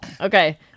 Okay